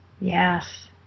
Yes